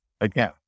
Again